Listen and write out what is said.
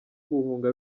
guhunga